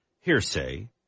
Hearsay